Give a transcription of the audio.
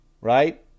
Right